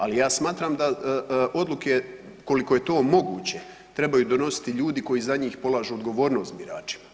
Ali ja smatram da odluke koliko je to moguće trebaju donositi ljudi koji za njih polažu odgovornost biračima.